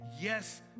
yes